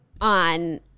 on